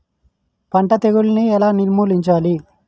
పంట తెగులుని ఎలా నిర్మూలించాలి?